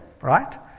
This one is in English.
right